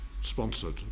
sponsored